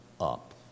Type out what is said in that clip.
up